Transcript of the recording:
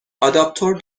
آداپتور